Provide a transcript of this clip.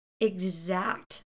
exact